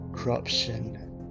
corruption